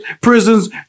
prisons